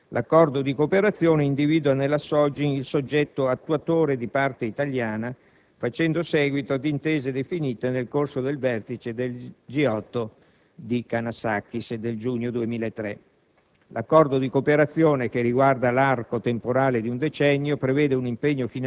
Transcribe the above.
e la gestione dei rifiuti radioattivi e del combustibile nucleare irraggiato. L'accordo di cooperazione individua nella SOGIN il soggetto attuatore di parte italiana, facendo seguito ad intese definite nel corso del vertice del G8 di Kananaskis del giugno 2003.